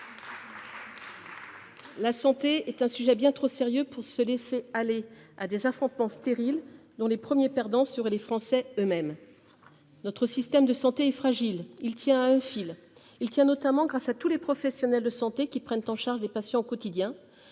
La santé est un sujet bien trop sérieux pour se laisser aller à des affrontements stériles, dont les premiers perdants seraient les Français eux-mêmes. Notre système de santé est fragile, il tient à un fil, notamment grâce à tous les professionnels de santé qui prennent en charge les patients au quotidien,